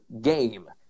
game